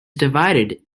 divided